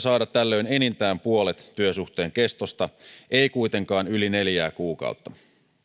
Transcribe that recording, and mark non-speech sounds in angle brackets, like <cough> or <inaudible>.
<unintelligible> saada tällöin enintään puolet työsuhteen kestosta ei kuitenkaan yli neljää kuukautta